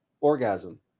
orgasm